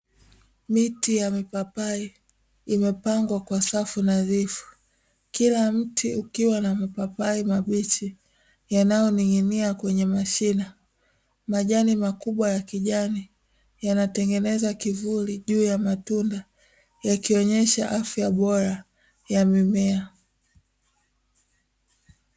Miti ya mipapai imepangwa kwa safu nadhifu, kila mti ukiwa na mapapai mabichi yanayoning'inia kwenye mashina; majani makubwa ya kijani yanatengeneza kivuli juu ya matunda, yakionyesha afya bora ya mimea.